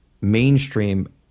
mainstream